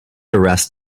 arrest